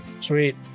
Sweet